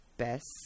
best